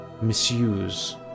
misuse